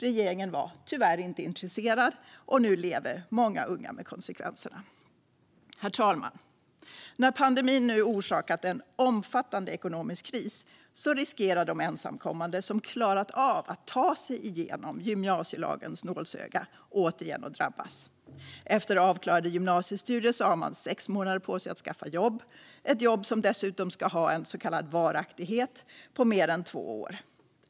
Regeringen var tyvärr inte intresserad, och nu lever många unga med konsekvenserna. Herr talman! När pandemin nu orsakat en omfattande ekonomisk kris riskerar de ensamkommande som klarat av att ta sig igenom gymnasielagens nålsöga återigen att drabbas. Efter avklarade gymnasiestudier har man sex månader på sig att skaffa jobb, ett jobb som dessutom ska ha en så kallad varaktighet på mer än två år.